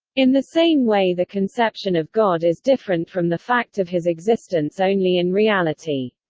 in the same way the conception of god is different from the fact of his existence only in reality.